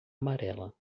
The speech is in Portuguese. amarela